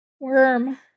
worm